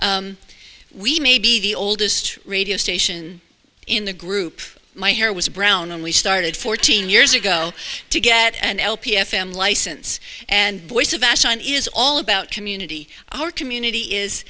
we may be the oldest radio station in the group my hair was brown and we started fourteen years ago to get an lpn fam license and voice of fashion is all about community our community is